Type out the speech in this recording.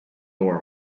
door